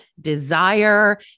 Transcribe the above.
desire